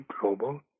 global